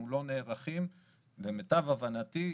למיטב הבנתי,